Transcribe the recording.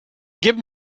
give